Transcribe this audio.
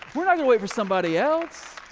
we're not gonna wait for somebody else.